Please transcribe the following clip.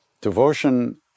Devotion